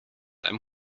einem